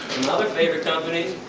another favorite company.